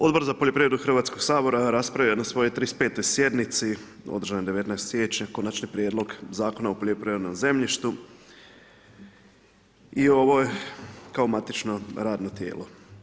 Odbor za poljoprivredu Hrvatskog sabora raspravio je na svojoj 35. sjednici održanoj 19. siječnja Konačni prijedlog Zakona o poljoprivrednom zemljištu kao matično radno tijelo.